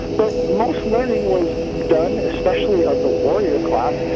but most learning was done especially of the warrior class,